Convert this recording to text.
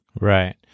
Right